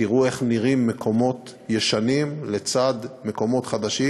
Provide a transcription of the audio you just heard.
תראו איך נראים מקומות ישנים לצד מקומות חדשים.